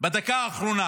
למשרדים בדקה האחרונה,